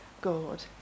God